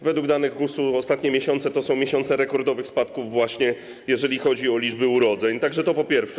Według danych GUS-u ostatnie miesiące to są miesiące rekordowych spadków właśnie, jeżeli chodzi o liczby urodzeń, to po pierwsze.